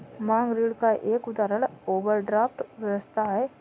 मांग ऋण का एक उदाहरण ओवरड्राफ्ट व्यवस्था है